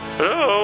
Hello